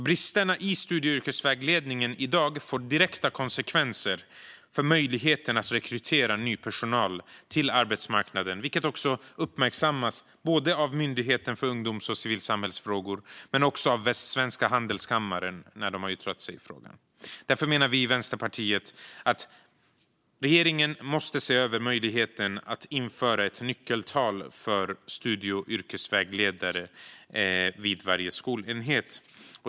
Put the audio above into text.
Bristerna i studie och yrkesvägledningen i dag får direkta konsekvenser för möjligheten att rekrytera ny personal till arbetsmarknaden. Det har uppmärksammats av Myndigheten för ungdoms och civilsamhällesfrågor och också av Västsvenska Handelskammaren när de har yttrat sig i frågan. Därför menar vi i Vänsterpartiet att regeringen måste se över möjligheten att införa ett nyckeltal för studie och yrkesvägledare vid varje skolenhet.